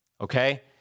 Okay